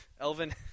Elvin